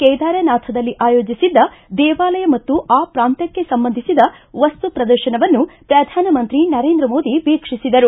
ಕೇದಾರನಾಥದಲ್ಲಿ ಆಯೋಜಿಸಿದ್ದ ದೇವಾಲಯ ಮತ್ತು ಆ ಪ್ರಾಂತ್ವಕ್ಷೆ ಸಂಬಂಧಿಸಿದ ವಸ್ತು ಪ್ರದರ್ಶನವನ್ನು ಪ್ರಧಾನಮಂತ್ರಿ ನರೇಂದ್ರ ಮೋದಿ ವೀಕ್ಷಿಸಿದರು